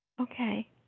Okay